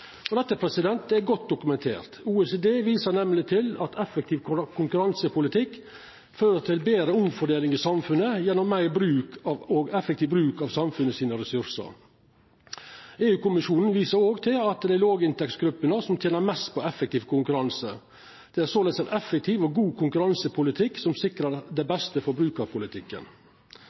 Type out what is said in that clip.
det er dårleg forbrukarpolitikk. Dette er godt dokumentert. OECD viser nemleg til at effektiv konkurransepolitikk fører til betre omfordeling i samfunnet gjennom meir effektiv bruk av samfunnsressursane. EU-kommisjonen viser òg til at det er låginntektsgruppene som tener mest på effektiv konkurranse. Det er såleis ein effektiv og god konkurransepolitikk som sikrar den beste forbrukarpolitikken.